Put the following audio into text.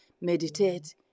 meditate